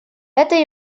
это